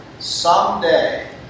Someday